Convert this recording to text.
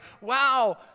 wow